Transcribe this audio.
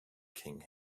king